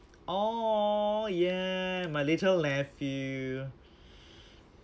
orh yeah my little nephew